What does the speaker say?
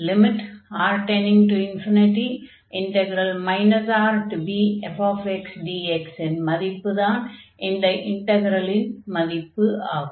R→∞ Rbfxdx இன் மதிப்புதான் இந்த இன்டக்ரலின் மதிப்பு ஆகும்